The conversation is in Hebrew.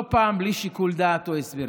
לא פעם בלי שיקול דעת או הסברים,